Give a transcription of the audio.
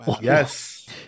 Yes